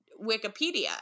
Wikipedia